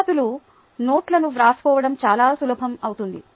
విద్యార్దులు నోట్లను వ్రాసుకోవడం చాలా సులభం అవుతుంది